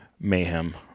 Mayhem